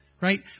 Right